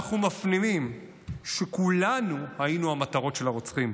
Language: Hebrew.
אנחנו מפנימים שכולנו היינו המטרות של הרוצחים,